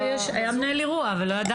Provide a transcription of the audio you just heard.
מנהל.